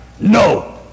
no